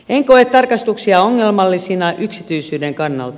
en koe tarkastuksia ongelmallisina yksityisyyden kannalta